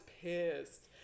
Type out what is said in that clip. pissed